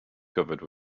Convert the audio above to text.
covered